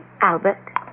Albert